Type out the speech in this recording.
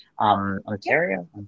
Ontario